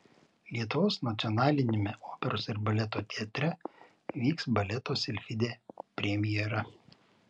lietuvos nacionaliniame operos ir baleto teatre vyks baleto silfidė premjera